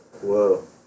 Whoa